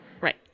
Right